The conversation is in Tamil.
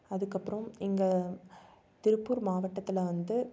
அதுக்கப்புறம் எங்கள் திருப்பூர் மாவட்டத்தில் வந்து